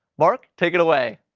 mark, take it away.